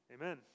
Amen